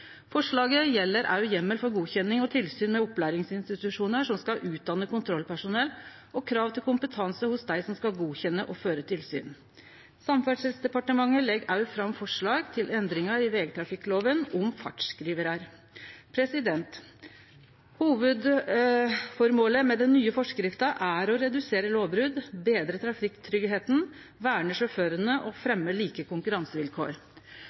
Forslaget gjeld òg heimel for godkjenning av og tilsyn med opplæringsinstitusjonar som skal utdanne kontrollpersonell, og krav til kompetanse hos dei som skal godkjenne og føre tilsyn. Samferdselsdepartementet legg òg fram forslag til endringar i vegtrafikklova om fartsskrivarar. Hovudføremålet med den nye forskrifta er å redusere talet på lovbrot, betre trafikktryggleiken, verne sjåførane og fremje like konkurransevilkår.